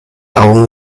augen